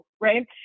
Right